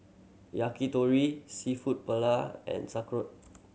Yakitori Seafood Paella and